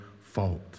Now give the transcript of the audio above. fault